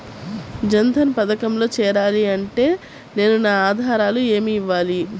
జన్ధన్ పథకంలో చేరాలి అంటే నేను నా ఆధారాలు ఏమి ఇవ్వాలి?